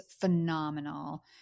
phenomenal